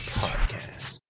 podcast